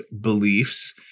beliefs